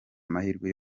mahirwe